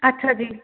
ਅੱਛਾ ਜੀ